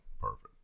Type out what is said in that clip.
perfect